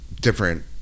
different